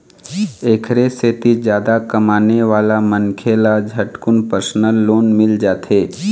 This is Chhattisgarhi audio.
एखरे सेती जादा कमाने वाला मनखे ल झटकुन परसनल लोन मिल जाथे